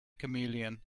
chameleon